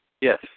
Yes